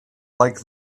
like